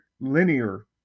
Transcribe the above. linear